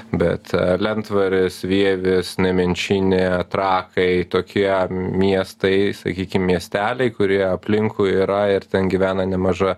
bet lentvaris vievis nemenčinė trakai tokie miestai sakykim miesteliai kurie aplinkui yra ir ten gyvena nemaža